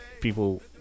people